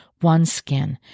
OneSkin